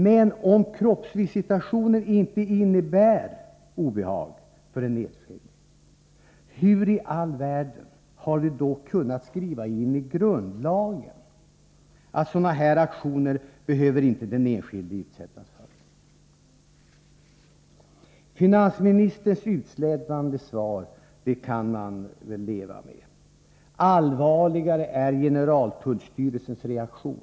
Men om kroppsvisitationen inte innebär obehag för den enskilde, hur i all världen har vi då kunnat skriva in i grundlagen att den enskilde inte skall behöva utsättas för sådana här aktioner? Finansministerns utslätande svar kan man leva med, men allvarligare är generaltullstyrelsens reaktion.